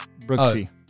Brooksy